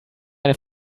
eine